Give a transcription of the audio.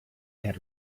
had